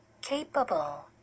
capable